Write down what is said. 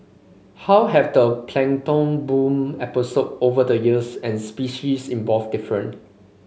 how have the plankton bloom episode over the years and species involved different